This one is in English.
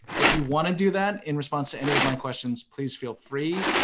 if you want to do that in response to any of my questions, please feel free,